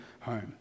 home